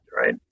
right